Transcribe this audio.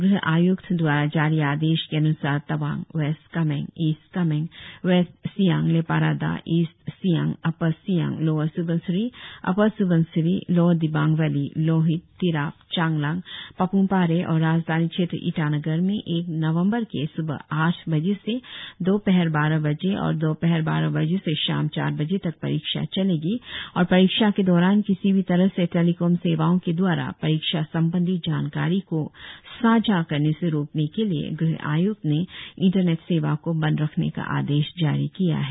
गृह आयुक्त द्वारा जारी आदेश के अनुसार Tawang west Kameng east Kameng west Siang Leparada east Siang upper Siang lower Subansiri upper Subansiri lower Dibang valley Lohit Tirap Changlang Papum Pare और राजधानी क्षेत्र ईटानगर में एक नवंबर के सुबह आठ बजे से दोपहर बारह बजे और दोपहर बारह बजे से शाम चार बजे तक परीक्षा चलेगी और परीक्षा के दौरान किसी भी तरह से टेलिकोम सेवाओं के द्वारा परीक्षा संबंद्धी जानकारी को साँझा करने से रोकने के लिए गृह आयुक्त ने इंटरनेट सेवा को बंद रखने का आदेश जारी किया है